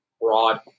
broad